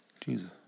Jesus